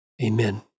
Amen